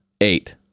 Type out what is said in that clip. eight